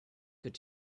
could